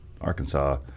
Arkansas